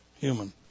human